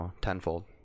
tenfold